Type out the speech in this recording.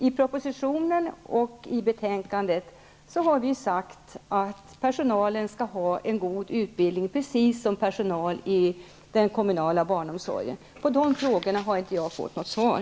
I propositionen och i betänkandet har vi sagt att personalen i privat drivna daghem skall ha en god utbildning precis som personal inom den kommunala barnomsorgen skall ha. På dessa frågor har jag inte fått något svar.